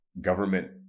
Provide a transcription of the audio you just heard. government